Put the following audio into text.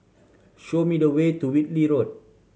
show me the way to Whitley Road